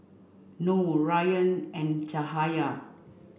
Noh Rayyan and Cahaya